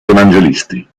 evangelisti